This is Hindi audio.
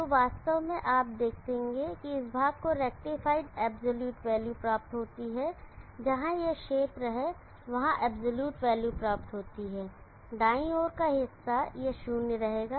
तो वास्तव में आप देखेंगे कि इस भाग को रेक्टिफाइड एब्सलूट वैल्यू प्राप्त होती है जहां यह क्षेत्र है वहां एब्सलूट वैल्यू प्राप्त होती है दाईं ओर का हिस्सा यह शून्य रहेगा